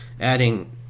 adding